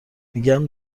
میگم